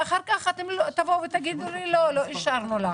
ואז תגידו לי: לא אישרנו לך.